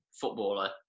footballer